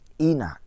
Enoch